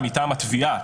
ברחובות.